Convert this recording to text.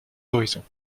horizons